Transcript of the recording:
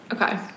Okay